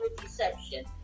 deception